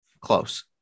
close